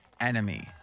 enemy